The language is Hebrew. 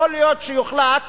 יכול להיות שיוחלט